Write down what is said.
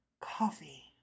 Coffee